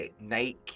Nike